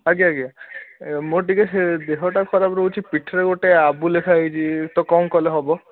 ଆଜ୍ଞା ଆଜ୍ଞା ମୋର ଟିକେ ଦେହଟା ଖରାପ ରହୁଛି ପିଠିରେ ଗୋଟେ ଆବୁ ଲେଖାଏଁ ହେଇଛି ତ କ'ଣ କଲେ ହେବ